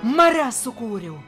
mares sukūriau